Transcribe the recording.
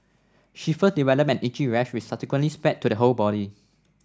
she first developed an itchy rash which subsequently spread to the whole body